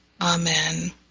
amen